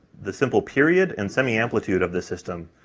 the simple period and semi-amplitude of the system,